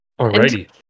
Alrighty